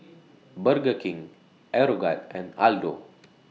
Burger King Aeroguard and Aldo